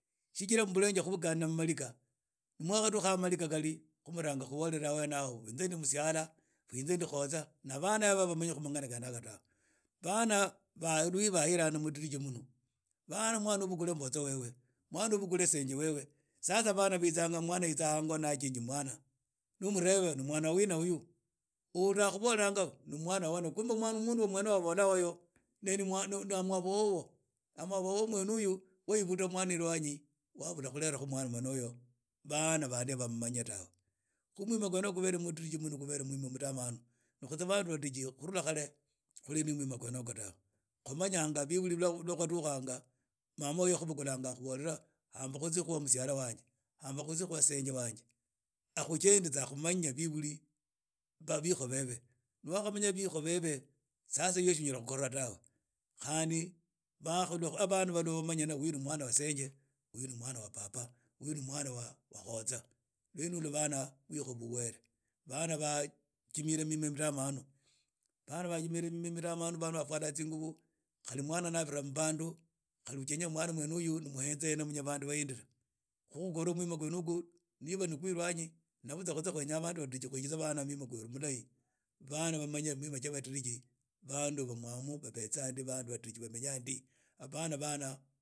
Tsijira mmburenje khubukhana mumalikha mwakhadukha ha malikha khali mulanga khubolela hene aho inze ni musiala hoo inze ni kootsa na bana haba bamanyi khu managana khene yakha tawe bana rwa babaira mudiriji muno bana obukhule mbozo webe mwana obukhule senje webe sasa bitsa hango mwna yitsa hango ni aginji mwna ni omurhrba mwana uyo ni wa wina uyu uhula akhubolanga ni mwana wa na kumbe mundu mwene wa akhubola huyu ni ni amwabo wobo amwabo wobo wene uyu yaibula mwana ilwanyi wabula khulera khu mwana mwene uyo baana bandi bamumanye tawe khu mwima mwene khubere mudiriji mwne humu khuli mudamanu ns khunye bandu badiriji khurula khare khuli no mwima khwene yegwo tawe kwamanyanga biburi lwa khwadukhanga mama wobo yakhubolanga hamaba khutsie wa musiala wange hamba khutsie khu wa senje wange na akhutsua akhumanye biburi biko bebe ni wakhamanya biko bebe sasa uyala khukhora tawe khandi abandu bamanya huyu ni mwna wa senje uyu ni mwana wa baba yuyu nu mwanaa wa kotsa lwene hilwo bana bana bajimire mima bana bajimire mima midamanu na bafwala tsingubu khali mwana ni avirha mu bandu na ujenya mwana wene uyu ni uhenze hena munye bandu bahindira khu ujenya mwima kwene nib ani kwe irwanyi na butsa khwenya bandu badiriji khwikitse bana berhu mwima mulahi bana bamanye mwima khu mudiriji bandu bamwamu babeza ndi bamenya ndi apana bana